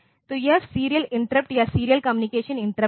तो यह serial interrupt या सीरियल कम्युनिकेशन इंटरप्ट है